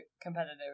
competitive